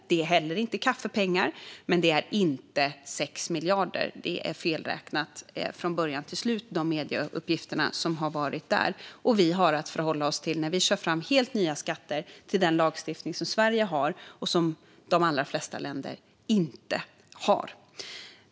Det är heller inte kaffepengar, men det är inte 6 miljarder. De medieuppgifterna är felräknade från början till slut. När vi kör fram helt nya skatter har vi att förhålla oss till den lagstiftning som Sverige har och som de allra flesta länder inte har.